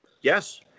Yes